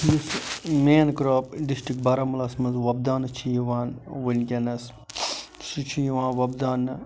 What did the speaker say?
یُس main crop district بارہملہس منٛز وۄبداونہٕ چھِ یِوان وُنکٮ۪نس سُہ چھُ یِوان وۄبداونہٕ